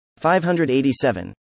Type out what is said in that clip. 587